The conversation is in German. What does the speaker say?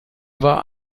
war